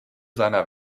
seiner